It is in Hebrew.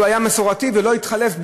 שלא התחלף,